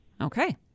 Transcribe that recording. Okay